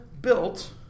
built